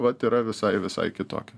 vat yra visai visai kitokia